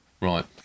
Right